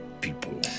people